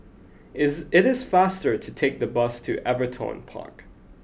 is it is faster to take the bus to Everton Park